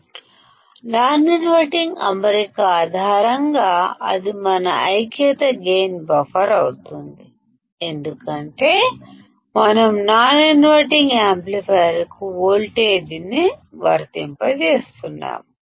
ఇది మన non inverting అమరిక ఆధారిత యూనిటీ గైన్ బఫర్ అవుతుంది ఎందుకంటే మనం వోల్టేజ్ను నాన్ ఇన్వర్టింగ్ యాంప్లిఫైయర్కు వర్తింపజేస్తున్నాము